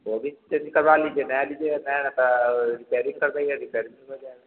वह भी चेंज करवा लीजिए नया लीजिए नया का रिपेयरिंग कर देंगे रिपेयरिंग भी हो जाएगा